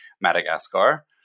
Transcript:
Madagascar